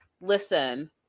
listen